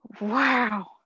Wow